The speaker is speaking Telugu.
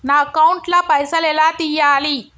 నా అకౌంట్ ల పైసల్ ఎలా తీయాలి?